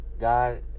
God